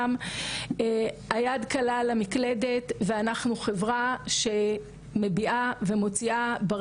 אני גם בסיור אצלכם הצלחתי ללמוד המון על התופעה הזו.